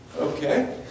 Okay